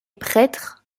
prêtre